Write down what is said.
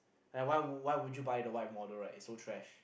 like why why would you buy the white model right it's so trash